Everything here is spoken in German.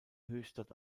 höchstadt